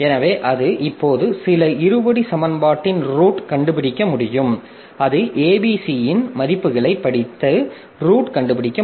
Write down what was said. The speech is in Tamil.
எனவே அது இப்போது சில இருபடி சமன்பாட்டின் ரூட் கண்டுபிடிக்க முடியும் அது abc இன் மதிப்புகளைப் படித்து ரூட் கண்டுபிடிக்கும்